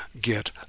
get